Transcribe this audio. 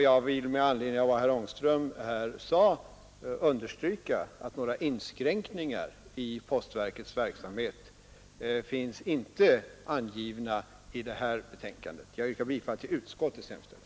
Jag vill med anledning av vad herr Ångström här sade understryka att några inskränkningar i postverkets verksamhet inte finns angivna i det här betänkandet. Jag yrkar bifall till utskottets hemställan.